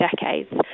decades